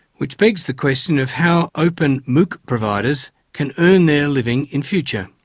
which begs the question of how open mooc providers can earn their living in future.